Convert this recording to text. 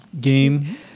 game